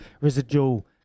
residual